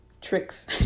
tricks